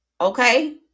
Okay